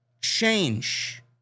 Change